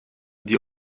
die